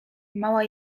mała